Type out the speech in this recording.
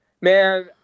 man